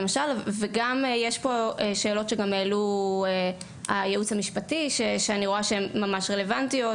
יש פה שאלות שהעלה הייעוץ המשפטי של הוועדה